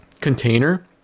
container